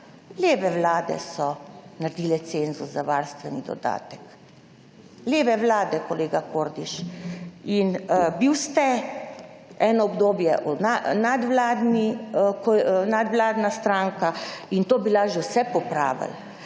leve vlade so naredile cenzus za varstveni dodatek, leve vlade, kolega Kordiš, in bil ste eno obdobje nadvladna stranka in to bi lahko že vse popravili.